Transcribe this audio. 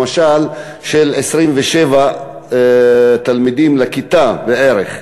למשל של 27 תלמידים בערך בכיתה.